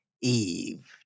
Eve